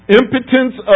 impotence